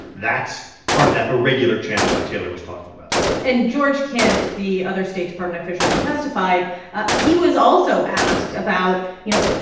that's part of that irregular channel that taylor was talking about and george kent, the other state department official who testified he was also asked about, you know,